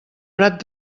prat